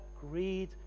greed